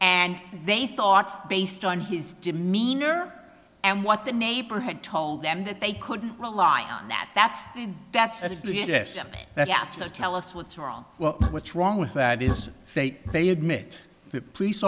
and they thought based on his demeanor and what the neighbor had told them that they couldn't rely on that that's that's that's the yes that's the tell us what's wrong what's wrong with that is they they admit to police